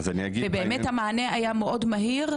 ובאמת המענה היה מאוד מהיר,